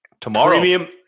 tomorrow